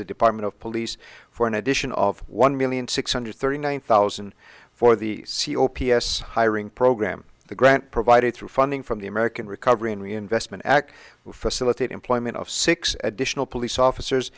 the department of police for an addition of one million six hundred thirty nine thousand for the c o p s hiring program the grant provided through funding from the american recovery and reinvestment act to facilitate employment of six additional police officers